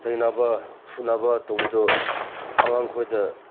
ꯆꯩꯅꯕ ꯐꯨꯅꯕ ꯇꯧꯕꯗꯣ ꯑꯉꯥꯡꯈꯣꯏꯗ